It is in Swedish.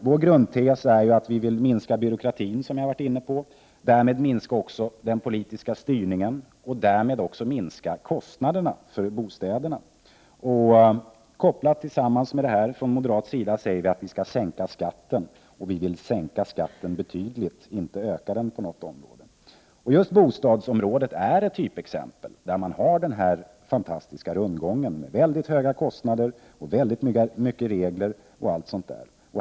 Vår grundtes är, som jag redan nämnt, att vi vill minska byråkratin och därmed också minska den politiska styrningen och kostnaderna för bostäder. Dessutom vill vi moderater sänka skatten — vi vill sänka den betydligt och inte öka den på något område. Just bostadsområdet ger ett typexempel på denna fantastiska rundgång: väldigt höga kostnader, väldigt mycket regler, osv.